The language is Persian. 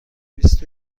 بیست